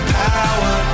power